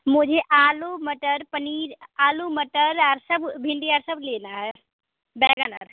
मुझे आलू मटर पनीर आलू मटर और सब भिन्डीया सब लेना है बैगन और